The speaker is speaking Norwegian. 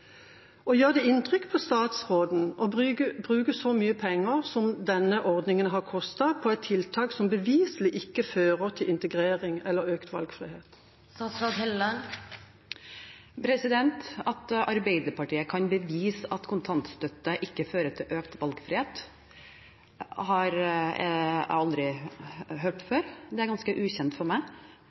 Gjør det inntrykk på statsråden at det brukes så mye penger som denne ordningen har kostet, på et tiltak som beviselig ikke fører til integrering eller økt valgfrihet? At Arbeiderpartiet kan bevise at kontantstøtten ikke fører til økt valgfrihet, har jeg aldri hørt før. Det er ganske ukjent for meg.